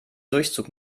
durchzug